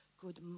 Good